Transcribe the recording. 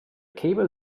cable